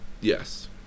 Yes